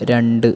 രണ്ട്